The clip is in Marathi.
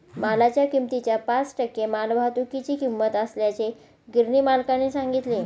मालाच्या किमतीच्या पाच टक्के मालवाहतुकीची किंमत असल्याचे गिरणी मालकाने सांगितले